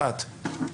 אחת,